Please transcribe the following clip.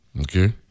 okay